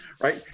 right